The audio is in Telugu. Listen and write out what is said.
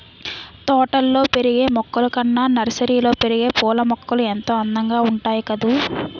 తోటల్లో పెరిగే మొక్కలు కన్నా నర్సరీలో పెరిగే పూలమొక్కలు ఎంతో అందంగా ఉంటాయి కదూ